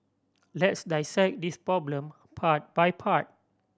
let's dissect this problem part by part